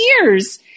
years